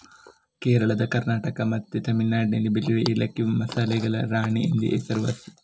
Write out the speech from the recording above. ಕೇರಳ, ಕರ್ನಾಟಕ ಮತ್ತೆ ತಮಿಳುನಾಡಿನಲ್ಲಿ ಬೆಳೆಯುವ ಏಲಕ್ಕಿ ಮಸಾಲೆಗಳ ರಾಣಿ ಎಂದೇ ಹೆಸರುವಾಸಿ